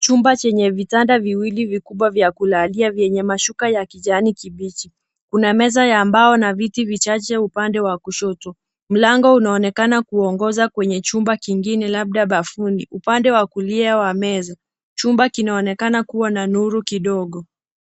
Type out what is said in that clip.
Chumba chenye vitanda viwili vikubwa vya kulalia vyenye mashuka ya kijani kibichi kuna meza ya mbao na viti vichache upande wa kushoto mlangoni unaonekana Kuongoza kwenye chumba kingine labda bafuni upande wa kulia wa meza chumba kinaonekana kuwa 'na nuru kidogo